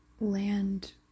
land